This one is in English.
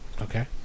Okay